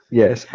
yes